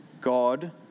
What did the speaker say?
God